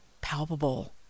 palpable